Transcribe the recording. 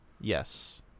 Yes